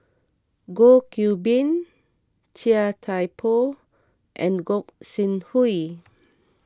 Goh Qiu Bin Chia Thye Poh and Gog Sing Hooi